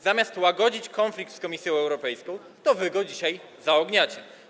Zamiast łagodzić konflikt z Komisją Europejską wy go dzisiaj zaogniacie.